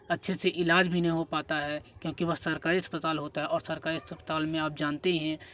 अच्छे से इलाज भी नहीं हो पाता है क्योंकि वह सरकारी अस्पताल होता है और सरकारी अस्पताल में आप जानते हैं